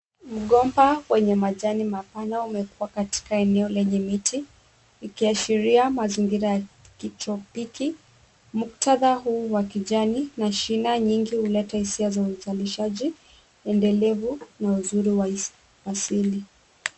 Mgomba wenye majani mapana umekua katika eneo lenye miti, ikiashiria mazingira ya kitropiki. Muktadha huu wa kijani na shina nyingi huleta hisia za uzalishaji endelevu na uzuri wa asili.